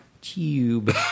Tube